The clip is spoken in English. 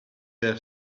their